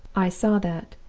i saw that,